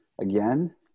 again